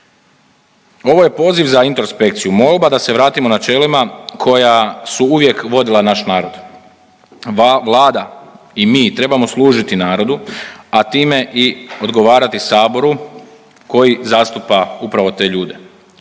Ovo je poziv za introspekciju, molba da se vratimo načelima koja su uvijek vodila naš narod. Vlada i mi trebamo služiti narodu, a time i odgovarati Saboru koji zastupa upravo te ljude.